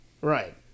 Right